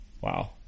wow